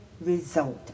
result